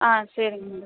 ஆ சரிங் மேடம்